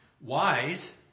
wise